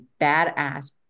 badass